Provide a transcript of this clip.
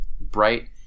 bright